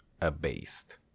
Abased